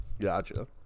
Gotcha